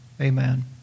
Amen